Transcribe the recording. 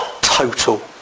total